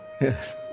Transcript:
Yes